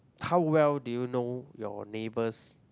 how well do you know your neighbours